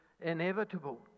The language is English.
inevitable